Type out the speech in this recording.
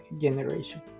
generation